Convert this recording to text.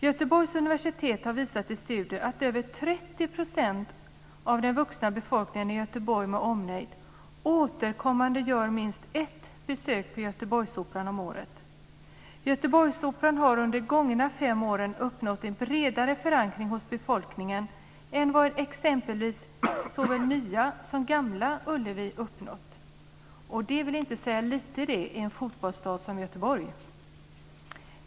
Göteborgs universitet har visat i studier att över 30 % av den vuxna befolkningen i Göteborg med omnejd återkommande gör minst ett besök på Göteborgsoperan om året. Göteborgsoperan har under de gångna fem åren uppnått en bredare förankring hos befolkningen än vad exempelvis såväl Nya som Gamla Ullevi har uppnått. Och det vill inte säga lite i en fotbollsstad som Göteborg!